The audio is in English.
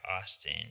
Austin